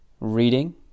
reading